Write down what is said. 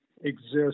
exist